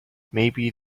maybe